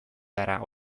gara